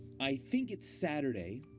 i think it's saturday,